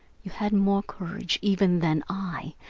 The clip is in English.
you had more courage, even, than i,